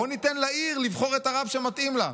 בואו ניתן לעיר לבחור את הרב שמתאים לה.